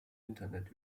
internet